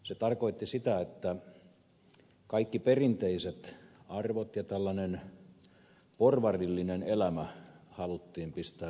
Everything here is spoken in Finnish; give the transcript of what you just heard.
se tarkoitti sitä että kaikki perinteiset arvot ja porvarillinen elämä haluttiin pistää romukoppaan